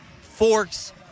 Forks